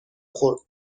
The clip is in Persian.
خورد